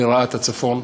לרעת הצפון,